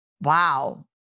Wow